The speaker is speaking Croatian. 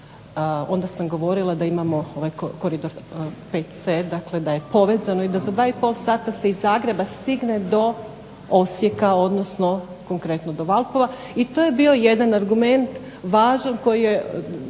onda sam govorila da imamo ovaj koridor VC, dakle da je povezano i da za 2 i pol sata se iz Zagreba stigne do Osijeka odnosno konkretno do Valpova. I to je bio jedan argument važan koji je,